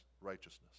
righteousness